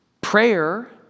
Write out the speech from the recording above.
Prayer